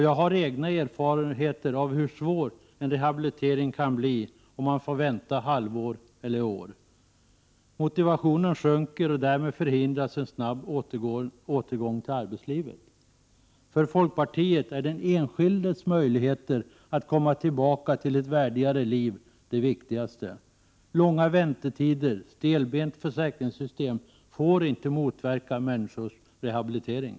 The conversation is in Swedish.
Jag har egna erfarenheter av hur IVIRPAI UCL al UCH CHSAUUCS INVJUKUCIE att NV UNVana UN SU varuigare liv det viktigaste. Långa väntetider och ett stelbent försäkringssystem får inte motverka människors rehabilitering.